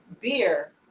beer